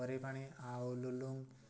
ବରେଇ ପାଣି ଆଉ ଲୁଲୁଙ୍ଗ